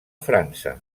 frança